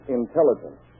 intelligence